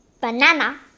Banana